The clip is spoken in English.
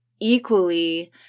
equally